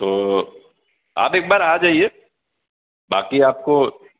تو آپ ایک بار آ جائیے باقی آپ کو